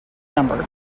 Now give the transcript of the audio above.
number